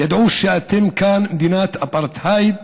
ידעו שאתם כאן מדינת אפרטהייד,